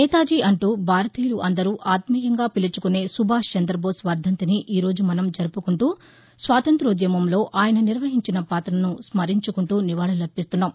నేతాజీ అంటూ భారతీయులు అందరూ ఆత్మీయంగా పిలుచుకునే సుభాష్ చంద్రబోస్ వర్దంతిని ఈరోజు మనం జరుపుకుంటూ స్వాతంతోద్యమంలో ఆయన నిర్వహించిన పాత్రను స్వరించుకుంటూ నివాకులర్పిస్తున్నాం